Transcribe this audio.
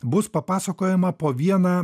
bus papasakojama po vieną